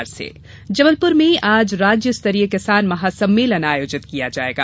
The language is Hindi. किसान सम्मेलन जबलपुर में आज राज्य स्तरीय किसान महासम्मेलन आयोजित किया जायेगा